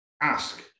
Ask